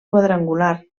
quadrangular